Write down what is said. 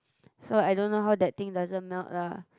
so I don't know how that thing doesn't melt lah